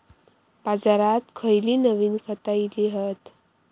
बाजारात खयली नवीन खता इली हत?